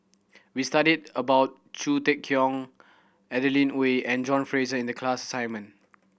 we studied about Khoo Cheng Tiong Adeline Ooi and John Fraser in the class assignment